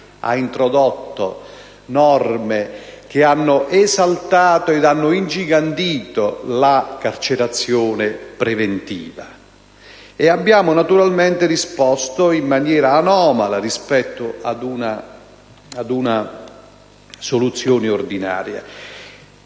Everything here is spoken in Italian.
ha introdotto norme che hanno esaltato e ingigantito la carcerazione preventiva, e così abbiamo naturalmente risposto in maniera anomala rispetto ad una soluzione ordinaria.